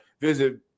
Visit